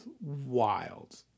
wild